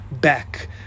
back